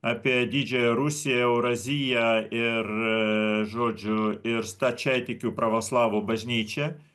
apie didžiąją rusiją euraziją ir žodžiu ir stačiatikių pravoslavų bažnyčią